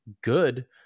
good